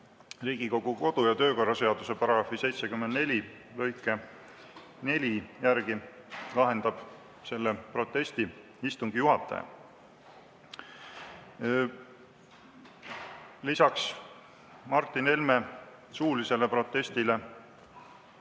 Riigikogu kodu- ja töökorra seaduse § 74 lõike 4 järgi lahendab selle protesti istungi juhataja. Lisaks Martin Helme suulisele protestile